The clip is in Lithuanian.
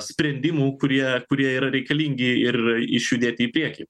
sprendimų kurie kurie yra reikalingi ir išjudėti į priekį